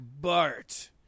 Bart